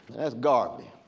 that's garvey,